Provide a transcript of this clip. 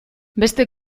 beste